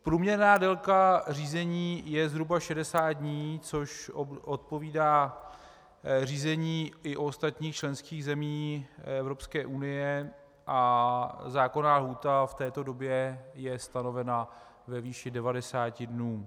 Průměrná délka řízení je zhruba 60 dní, což odpovídá řízení i u ostatních členských zemí Evropské unie, a zákonná lhůta v této době je stanovena ve výši 90 dnů.